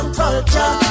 culture